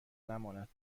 نماند